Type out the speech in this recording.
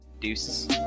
Deuces